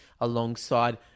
alongside